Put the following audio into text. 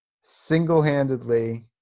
single-handedly